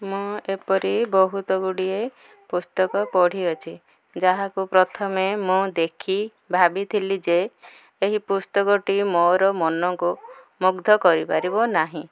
ମୁଁ ଏପରି ବହୁତ ଗୁଡ଼ିଏ ପୁସ୍ତକ ପଢ଼ିଅଛି ଯାହାକୁ ପ୍ରଥମେ ମୁଁ ଦେଖି ଭାବିଥିଲି ଯେ ଏହି ପୁସ୍ତକଟି ମୋର ମନକୁ ମୁଗ୍ଧ କରିପାରିବ ନାହିଁ